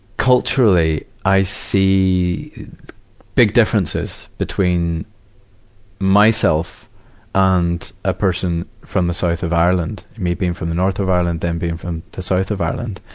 culturally, i see big differences between myself and a person from the south of ireland. me being from the north of ireland, them being from the south of ireland.